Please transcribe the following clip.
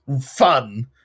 fun